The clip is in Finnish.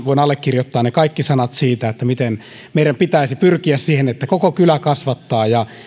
voin allekirjoittaa ne kaikki sanat siitä miten meidän pitäisi pyrkiä siihen että koko kylä kasvattaa ja